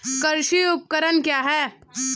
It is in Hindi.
कृषि उपकरण क्या है?